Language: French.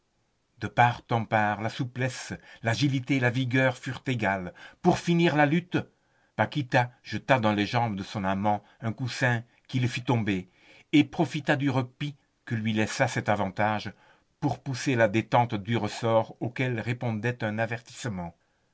de part et d'autre la souplesse l'agilité la vigueur furent égales pour finir la lutte paquita jeta dans les jambes de son amant un coussin qui le fit tomber et profita du répit que lui laissa cet avantage pour pousser la détente du ressort auquel répondait un avertissement